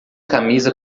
camisa